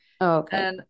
okay